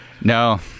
No